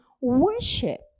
worship